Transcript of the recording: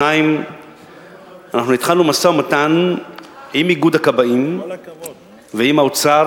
2. אנחנו התחלנו משא-ומתן עם איגוד הכבאים ועם האוצר,